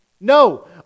No